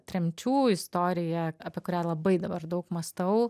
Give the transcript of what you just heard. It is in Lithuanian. tremčių istoriją apie kurią labai dabar daug mąstau